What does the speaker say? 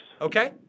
Okay